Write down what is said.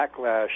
backlash